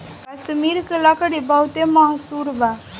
कश्मीर के लकड़ी बहुते मसहूर बा